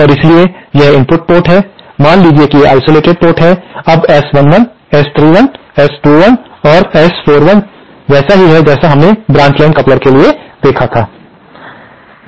और इसलिए यह इनपुट पोर्ट है मान लीजिए कि यह आइसोलेटेड पोर्ट अब S11 S31 S21 और S41 वैसा ही है जैसा हमने ब्रांच लाइन कपलर के लिए देखा था